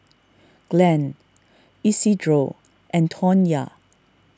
Glen Isidro and Tonya